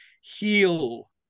heal